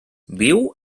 viu